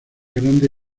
grande